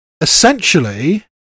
Essentially